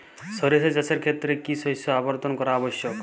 সরিষা চাষের ক্ষেত্রে কি শস্য আবর্তন আবশ্যক?